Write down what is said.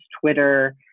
Twitter